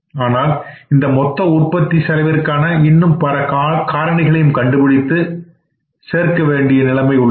ஆனால் இந்த மொத்த உற்பத்தி செலவிற்கான இன்னும் பிற காரணிகளையும் கண்டுபிடித்து சேர்க்க வேண்டிய நிலைமை உள்ளது